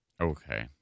Okay